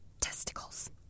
testicles